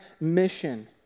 mission